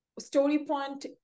StoryPoint